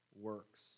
works